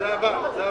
מי נגד, מי